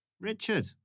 Richard